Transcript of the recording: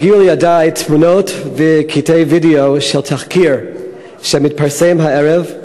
הגיעו לידי תמונות וקטעי וידיאו של תחקיר שמתפרסם הערב,